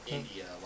India